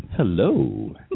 Hello